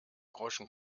groschen